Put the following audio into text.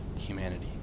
humanity